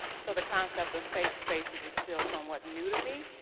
so the concept of safe spaces is still somewhat new to me.